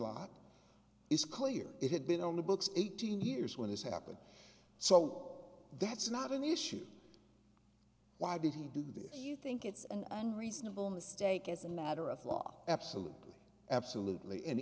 lot is clear it had been on the books eighteen years when this happened so that's not an issue why did he do that if you think it's an unreadable mistake as a matter of law absolutely absolutely